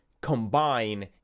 combine